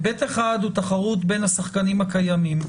היבט אחד הוא בין השחקנים הקיימים.